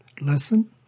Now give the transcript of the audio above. listen